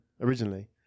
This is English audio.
originally